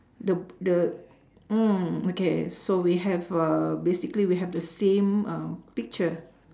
the the mm okay so we have uh basically we have the same um picture